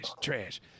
trash